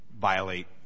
violate